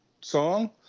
song